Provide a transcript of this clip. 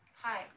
Hi